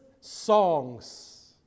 songs